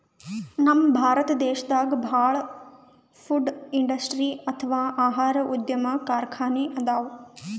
ನಮ್ ಭಾರತ್ ದೇಶದಾಗ ಭಾಳ್ ಫುಡ್ ಇಂಡಸ್ಟ್ರಿ ಅಥವಾ ಆಹಾರ ಉದ್ಯಮ್ ಕಾರ್ಖಾನಿ ಅದಾವ